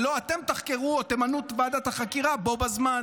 ולא אתם תחקרו או תמנו את ועדת החקירה בו בזמן.